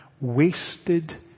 Wasted